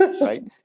right